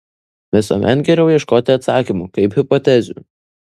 visuomet geriau ieškoti atsakymų kaip hipotezių